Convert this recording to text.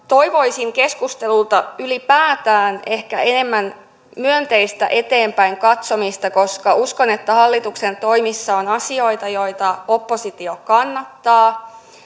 toivoisin keskustelulta ylipäätään ehkä enemmän myönteistä eteenpäin katsomista koska uskon että hallituksen toimissa on asioita joita oppositio kannattaa